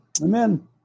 Amen